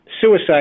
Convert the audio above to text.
suicide